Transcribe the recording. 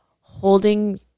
holding